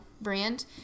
brand